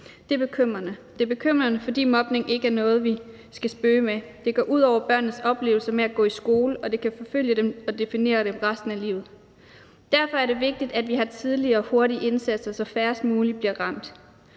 Det er bekymrende, fordi mobning ikke er noget, vi skal spøge med. Det går ud over børnenes oplevelse af at gå i skole, og det kan forfølge dem og definere dem resten af livet. Derfor er det vigtigt, at vi har tidlige og hurtige indsatser, så færrest mulige bliver ramt.